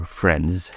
friends